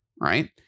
Right